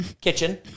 kitchen